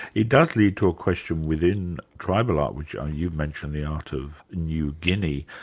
it does lead to a question within tribal art which you've mentioned the art of new guinea.